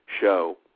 show